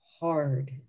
hard